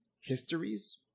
histories